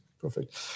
Perfect